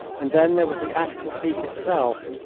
and then there was the actual peak itself,